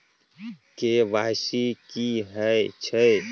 KYC की हय छै?